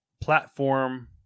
platform